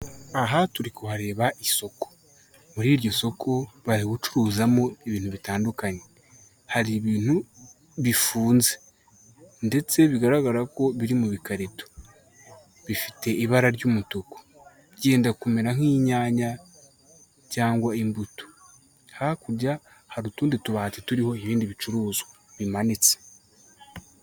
Aha turi kuhareba isoko. Muri iryo soko bari gucuruzamo ibintu bitandukanye. Hari ibintu bifunze ndetse bigaragara ko biri mu bikarito. Bifite ibara ry'umutuku. Byenda kumera nk'inyanya cyangwa imbuto. Hakurya hari utundi tubati turiho ibindi bicuruzwa bimanitse.